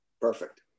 Perfect